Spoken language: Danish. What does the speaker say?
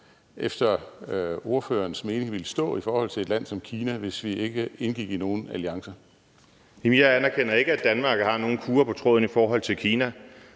efter ordførerens mening ville stå i forhold til et land som Kina, hvis vi ikke indgik i nogen alliancer. Kl. 14:15 Morten Messerschmidt (DF): Jeg anerkender ikke, at Danmark har nogen kurre på tråden i forhold til Kina.